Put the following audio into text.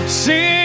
see